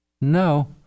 no